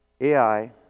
AI